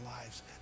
lives